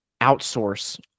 outsource